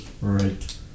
right